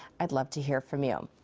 i'd love to hear from you.